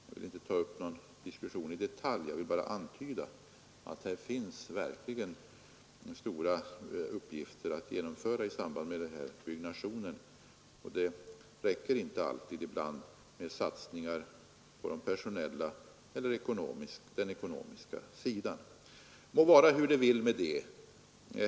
Jag vill inte ta upp någon diskussion i detalj, utan jag vill bara antyda att det verkligen finns stora uppgifter att genomföra i samband med den här byggnationen. Det räcker inte alltid med satsningen på den personella eller den ekonomiska sidan. Det må vara hur det vill med det.